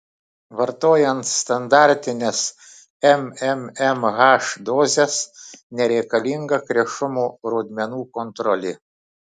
vartojant standartines mmmh dozes nereikalinga krešumo rodmenų kontrolė